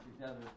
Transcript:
together